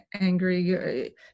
angry